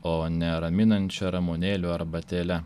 o ne raminančia ramunėlių arbatėle